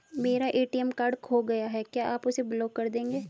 मेरा ATM card खो गया है क्या आप उसे ब्लॉक कर देंगे?